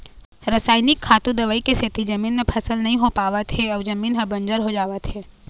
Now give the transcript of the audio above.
रसइनिक खातू, दवई के सेती जमीन म फसल नइ हो पावत हे अउ जमीन ह बंजर हो जावत हे